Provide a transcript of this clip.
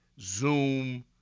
Zoom